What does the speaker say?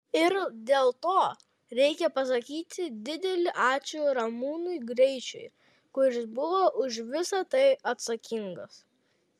ir dėl to reikia pasakyti didelį ačiū ramūnui greičiui kuris buvo už visa tai atsakingas